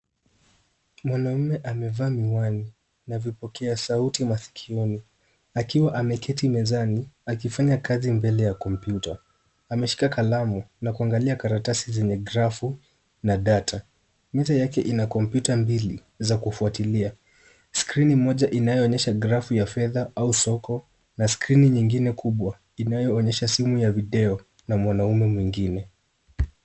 Mwanaume amevaa miwani na vipokea sauti masikioni. akiwa ameketi mezani akifanya kazi mbele ya kompyuta. Ameshika kalamu na kuangalia karatasi zenye grafu na data . Meza yake ina kompyuta mbili za kufuatilia. Skrini moja inayoonyesha grafu ya fedha au soko na skrini nyingine kubwa, inayoonyesha simu ya video na mwanaume mwingine.